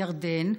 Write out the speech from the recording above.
ירדן,